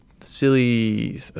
silly